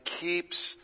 keeps